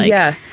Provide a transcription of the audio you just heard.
yeah.